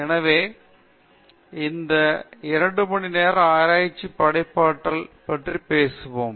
எனவே இந்த இரண்டு மணிநேர ஆராய்ச்சியில் படைப்பாற்றல் பற்றி பேசுவோம்